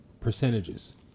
percentages